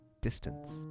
distance